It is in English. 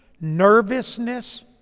nervousness